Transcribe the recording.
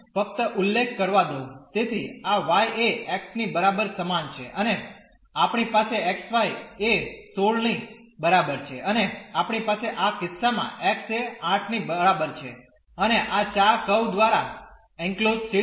તેથી આ y એ x ની બરાબર સમાન છે અને આપણી પાસે xy એ 16 ની બરાબર છે અને આપણી પાસે આ કિસ્સામાં x એ 8 ની બરાબર છે અને આ ચાર કર્વ દ્વારા એનક્લોઝડ ક્ષેત્ર